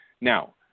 Now